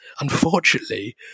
unfortunately